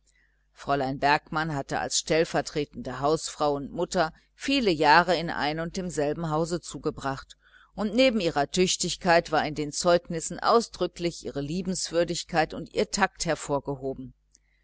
fräulein bergmann hatte als stellvertretende hausfrau und mutter viele jahre in ein und demselben haus zugebracht und neben ihrer tüchtigkeit war in den zeugnissen ausdrücklich ihre liebenswürdigkeit ihr takt hervorgehoben